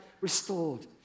restored